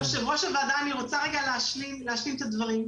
יושב-ראש הוועדה, אני רוצה להשלים את הדברים.